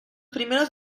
primeros